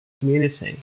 community